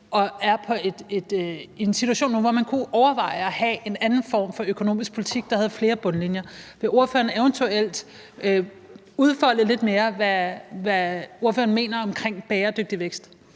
og er i en situation, hvor man kunne overveje at have en anden form for økonomisk politik, der havde flere bundlinjer. Vil partilederen eventuelt udfolde lidt mere, hvad partilederen mener omkring bæredygtig vækst?